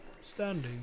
Standing